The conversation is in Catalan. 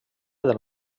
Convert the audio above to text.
del